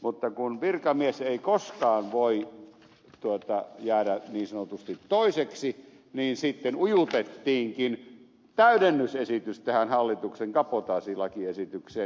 mutta kun virkamies ei koskaan voi jäädä niin sanotusti toiseksi niin sitten ujutettiinkin täydennysesitys tähän hallituksen kabotaasilakiesitykseen